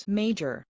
major